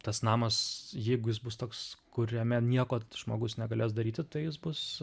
tas namas jeigu jis bus toks kuriame nieko žmogus negalės daryti tai jis bus